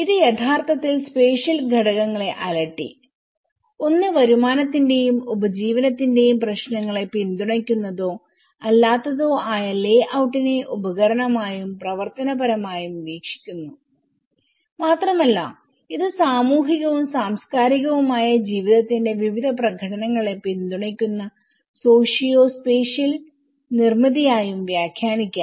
ഇത് യഥാർത്ഥത്തിൽ സ്പേഷ്യൽ ഘടകങ്ങളെ അലട്ടി ഒന്ന് വരുമാനത്തിന്റെയും ഉപജീവനത്തിന്റെയും പ്രശ്നങ്ങളെ പിന്തുണയ്ക്കുന്നതോ അല്ലാത്തതോ ആയ ലേഔട്ടിനെ ഉപകരണപരമായും പ്രവർത്തനപരമായും വീക്ഷിക്കുന്നു മാത്രമല്ല ഇത് സാമൂഹികവും സാംസ്കാരികവുമായ ജീവിതത്തിന്റെ വിവിധ പ്രകടനങ്ങളെ പിന്തുണയ്ക്കുന്ന സോഷിയോ സ്പേഷ്യൽ നിർമ്മിതിയായും വ്യാഖ്യാനിക്കാം